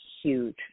huge